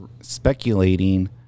speculating